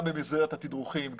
גם במסגרת התדרוכים,